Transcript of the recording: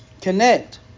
connect